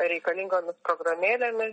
reikalingomis programėlėmis